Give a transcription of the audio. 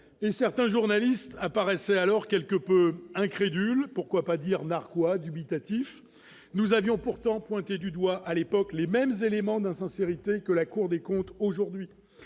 et certains journalistes apparaissait alors quelque peu incrédule, pourquoi pas dire narquois dubitatif, nous avions pourtant pointée du doigt à l'époque, les mêmes éléments d'insincérité que la Cour des comptes, aujourd'hui